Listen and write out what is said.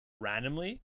randomly